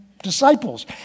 disciples